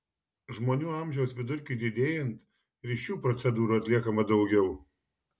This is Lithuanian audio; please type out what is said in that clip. žmonių amžiaus vidurkiui didėjant ir šių procedūrų atliekama daugiau